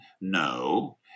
No